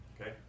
Okay